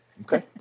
Okay